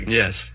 yes